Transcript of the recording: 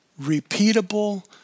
repeatable